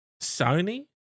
Sony